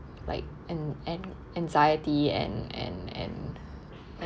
like an an anxiety and and and